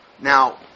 Now